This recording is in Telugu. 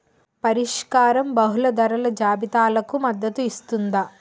పరిష్కారం బహుళ ధరల జాబితాలకు మద్దతు ఇస్తుందా?